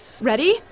Ready